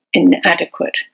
inadequate